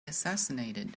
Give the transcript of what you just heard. assassinated